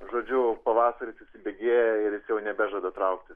žodžiu pavasaris įsibėgėja ir jis jau nebežada trauktis